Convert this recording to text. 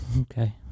Okay